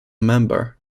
member